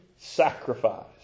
Sacrifice